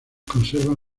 conservan